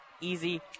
Easy